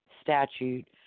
statute